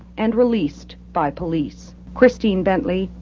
and released by police. christine bentley,